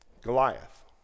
Goliath